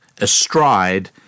astride